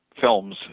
films